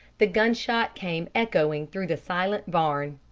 the gunshot came echoing through the silent barn.